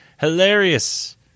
hilarious